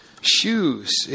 shoes